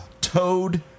toad